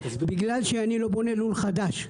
בגלל שאני לא בונה לול חדש.